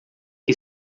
que